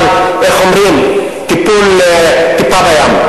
אבל איך אומרים: טיפול טיפה בים.